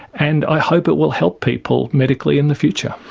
and i hope it will help people medically in the future.